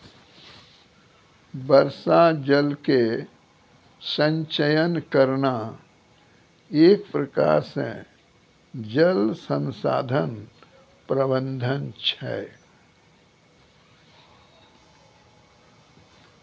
वर्षा जल के संचयन करना एक प्रकार से जल संसाधन प्रबंधन छै